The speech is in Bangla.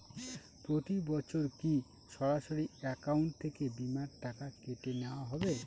প্রতি বছর কি সরাসরি অ্যাকাউন্ট থেকে বীমার টাকা কেটে নেওয়া হবে?